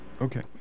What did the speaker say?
Okay